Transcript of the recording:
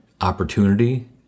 opportunity